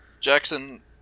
Jackson